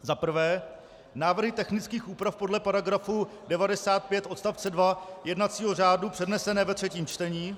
1. Návrhy technických úprav podle § 95 odst. 2 jednacího řádu přednesené ve třetím čtení.